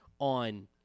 on